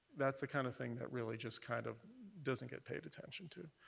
that's the kind of thing that really just kind of doesn't get paid attention to.